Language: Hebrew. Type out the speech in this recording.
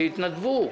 שיתנדבו.